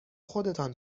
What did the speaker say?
خودتان